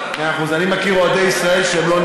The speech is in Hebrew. אני מסתובב עם אוהדי ישראל שאתה לא מכיר אותם,